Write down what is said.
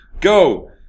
Go